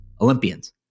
Olympians